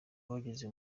bageze